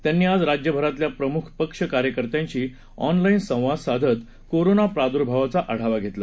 त्यांनी आज राज्यभरातल्या प्रमुख पक्ष कार्यकर्त्यांशी ऑनलाईन संवाद साधत कोरोना प्रादूर्भावाचा आढावा घेतला